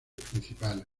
principales